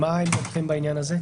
מה עמדתכם בעניין הזה?